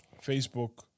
Facebook